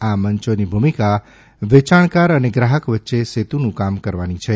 આ મંચોની ભૂમિકા વેચાણકાર અને ગ્રાહક વચ્ચે સેતુનુ કામ કરવાની છે